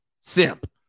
simp